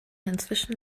inzwischen